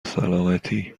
سلامتی